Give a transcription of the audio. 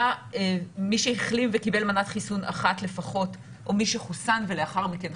מי שהחלים וקיבל מנת חיסון אחת לפחות או מי שחוסן ולאחר מכן חלה,